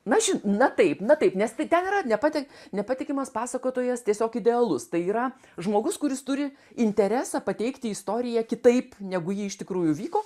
na ši na taip na taip nes t tai ten yra nepatik nepatikimas pasakotojas tiesiog idealus tai yra žmogus kuris turi interesą pateikti istoriją kitaip negu ji iš tikrųjų vyko